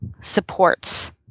supports